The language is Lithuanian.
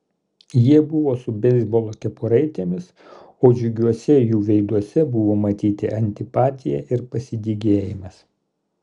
jie buvo su beisbolo kepuraitėmis o džiugiuose jų veiduose buvo matyti antipatija ir pasidygėjimas